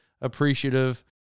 appreciative